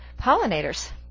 pollinators